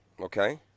Okay